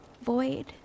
void